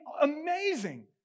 Amazing